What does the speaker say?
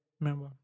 Remember